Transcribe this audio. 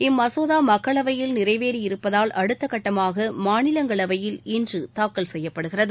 இம்மசோதா மக்களவையில் நிறைவேறியிருப்பதால் அடுத்த கட்டமாக மாநிலங்களவையில் இன்று தாக்கல் செய்யப்படுகிறது